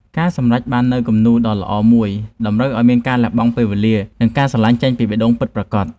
ការសម្រេចបាននូវគំនូរដ៏ល្អមួយតម្រូវឱ្យមានការលះបង់ពេលវេលា និង ការស្រឡាញ់ចេញពីបេះដូងពិតប្រាកដ។